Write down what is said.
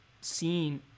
seen